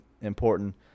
important